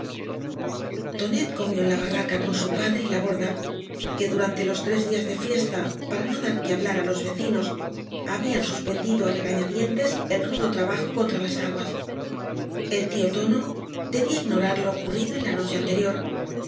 comió en la barraca con su padre y ia borda que durante los tres días de fiesta para no dar que hablar á los vecinos habían suspendido á regañadientes el rudo trabajo contra laa aguas el tío tono debía ignorar lo ocurrido en la noche anterior